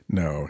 no